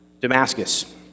Damascus